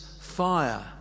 fire